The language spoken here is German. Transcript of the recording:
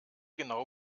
genau